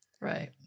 Right